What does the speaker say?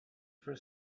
for